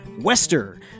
Wester